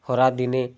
ଖରାଦିନେ